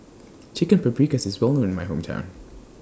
Chicken Paprikas IS Well known in My Hometown